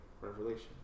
revelation